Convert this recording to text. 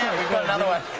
got another one.